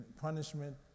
Punishment